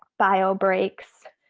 bio brakes,